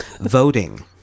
Voting